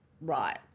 right